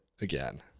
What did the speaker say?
again